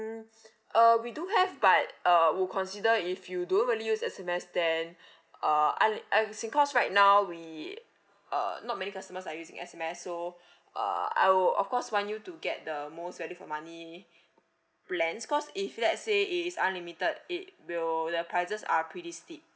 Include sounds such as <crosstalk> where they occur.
mm <breath> uh we do have but uh will consider if you don't really use S_M_S then <breath> uh unli~ uh cause right now we uh not many customers are using S_M_S so <breath> uh I will of course want you to get the most value for money <breath> plans cause if let's say it is unlimited it will the prices are pretty steep